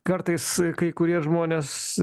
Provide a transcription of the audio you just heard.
kartais kai kurie žmonės